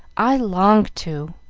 i long to,